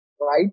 right